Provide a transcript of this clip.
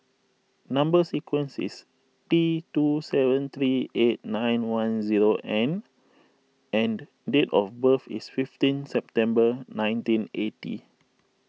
Number Sequence is T two seven three eight nine one zero N and date of birth is fifteen September nineteen eighty